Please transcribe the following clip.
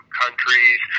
countries